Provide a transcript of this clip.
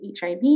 HIV